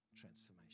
transformation